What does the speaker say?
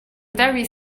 very